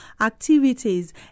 activities